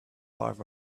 life